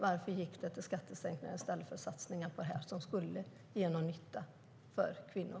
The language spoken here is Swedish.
Varför gick pengarna till skattesänkningar i stället för satsningar på detta, som skulle ge nytta för kvinnor?